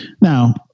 Now